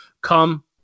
come